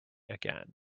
again